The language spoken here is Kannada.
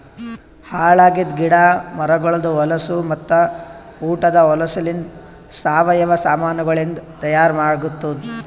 ಹಾಳ್ ಆಗಿದ್ ಗಿಡ ಮರಗೊಳ್ದು ಹೊಲಸು ಮತ್ತ ಉಟದ್ ಹೊಲಸುಲಿಂತ್ ಸಾವಯವ ಸಾಮಾನಗೊಳಿಂದ್ ತೈಯಾರ್ ಆತ್ತುದ್